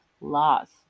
loss